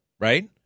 Right